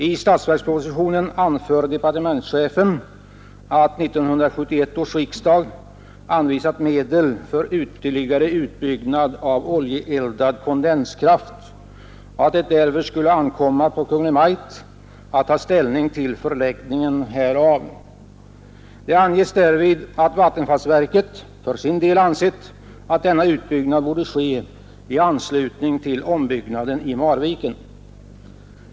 I statsverkspropositionen anför departementschefen att 1971 års riksdag anvisat medel för ytterligare utbyggnad av oljeeldad kondenskraft och att därvid skulle ankomma på Kungl. Maj:t att ta ställning till förläggningen härav. Det anges därvid att vattenfallsverket ansett att denna utbyggnad borde ske i anslutning till ombyggnaden i Marviken.